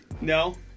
No